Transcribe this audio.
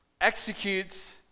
executes